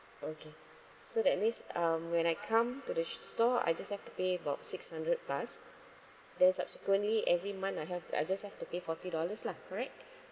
okay so that means um when I come to the store I just have to pay about six hundred plus then subsequently every month I have I just have to pay forty dollars lah right